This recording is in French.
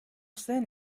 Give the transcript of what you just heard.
scène